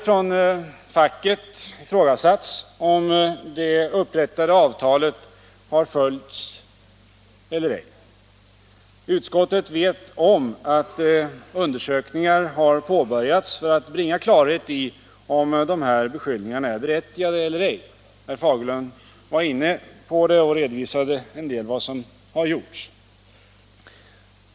Facket har ifrågasatt om det upprättade avtalet har följts eller ej. Utskottet vet om att undersökningar har påbörjats för att bringa klarhet i om beskyllningarna är berättigade eller ej. Herr Fagerlund var inne på det och redovisade en del av vad som gjorts.